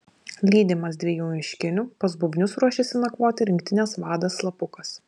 lydimas dviejų miškinių pas bubnius ruošiasi nakvoti rinktinės vadas slapukas